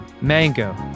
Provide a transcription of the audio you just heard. Mango